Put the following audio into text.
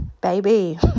Baby